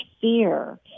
fear